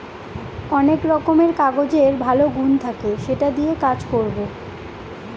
অনেক রকমের কাগজের ভালো গুন থাকে সেটা দিয়ে কাজ করবো